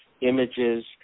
images